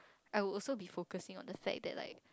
I would also be focusing on the fact that like